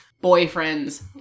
boyfriend's